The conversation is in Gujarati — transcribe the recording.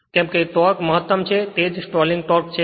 કેમ કે ટોર્ક મહત્તમ છે તે જ સ્ટોલિંગ ટોર્ક છે